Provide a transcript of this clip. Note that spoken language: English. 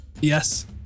Yes